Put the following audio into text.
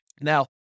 Now